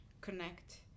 connect